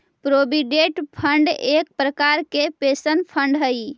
provident fund एक प्रकार के पेंशन फंड हई